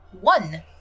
One